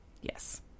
yes